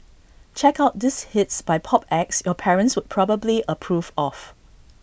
check out these hits by pop acts your parents would probably approve of